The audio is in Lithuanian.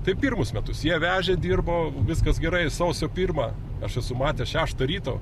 tai pirmus metus jie vežė dirbo viskas gerai sausio pirmą aš esu matęs šeštą ryto